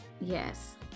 Yes